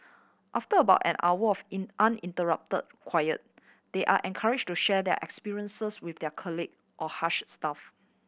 after about an hour of in uninterrupted quiet they are encouraged to share their experiences with their colleague or Hush staff